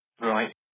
right